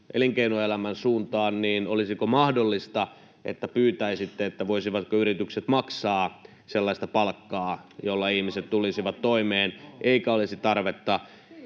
elinkeinoelämän suuntaan, niin olisiko mahdollista, että pyytäisitte, voisivatko yritykset maksaa sellaista palkkaa, jolla ihmiset tulisivat toimeen, eikä olisi tarvetta